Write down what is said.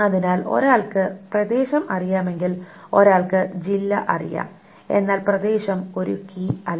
അതിനാൽ ഒരാൾക്ക് പ്രദേശം അറിയാമെങ്കിൽ ഒരാൾക്ക് ജില്ല അറിയാം എന്നാൽ പ്രദേശം ഒരു കീ അല്ല